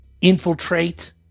infiltrate